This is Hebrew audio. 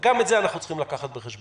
וגם את זה אנחנו צריכים לקחת בחשבון.